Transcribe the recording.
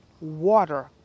water